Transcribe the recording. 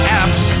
apps